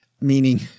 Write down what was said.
meaning